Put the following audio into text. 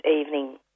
evening